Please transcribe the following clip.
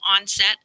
onset